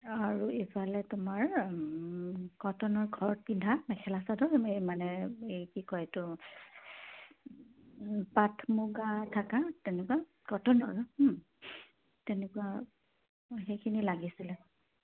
আৰু এইফালে তোমাৰ কটনৰ ঘৰত পিন্ধা মেখেলা চাদৰ এই মানে এই কি কয় এইটো পাট মুগা থকা তেনেকুৱা কটনৰ তেনেকুৱা সেইখিনি লাগিছিলে